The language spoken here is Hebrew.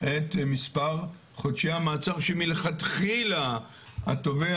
את מספר חודשי המעצר שלכתחילה התובע